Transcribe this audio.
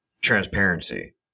transparency